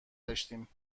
داشتیم